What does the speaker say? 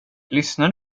lyssnar